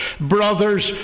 Brothers